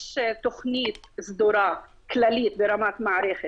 יש תכנית סדורה כללית ברמת מערכת,